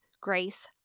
grace